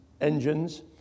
engines